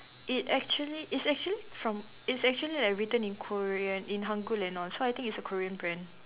it actually it's actually from it's actually like written in Korean in hangul and all so I think it's a Korean brand